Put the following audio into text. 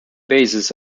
bases